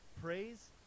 praise